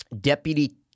Deputy